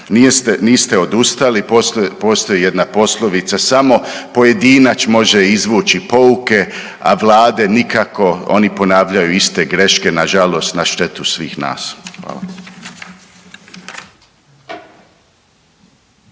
Niste odustali, postoji jedna poslovica, samo pojedinac može izvući pouke, a vlade nikako oni ponavljaju iste greške, nažalost na štetu svih nas. Hvala.